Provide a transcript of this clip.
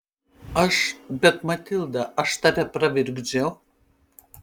aš bet matilda aš tave pravirkdžiau